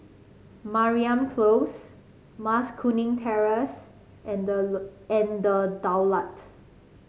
Mariam Close Mas Kuning Terrace and The and The Daulat